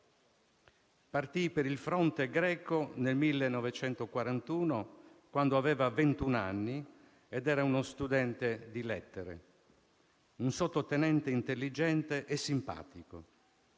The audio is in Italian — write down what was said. Partì per il fronte greco nel 1941, quando aveva ventuno anni ed era uno studente di lettere, un sottotenente intelligente e simpatico.